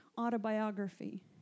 autobiography